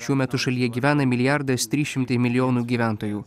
šiuo metu šalyje gyvena milijardas trys šimtai milijonų gyventojų